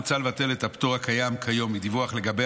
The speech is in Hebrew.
מוצע לבטל את הפטור הקיים כיום מדיווח לגבי